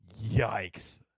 Yikes